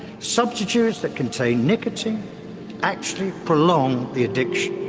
substitues that contain nicotine actually prolong the